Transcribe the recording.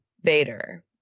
Vader